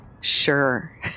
Sure